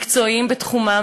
מקצועיים בתחומם,